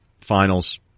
finals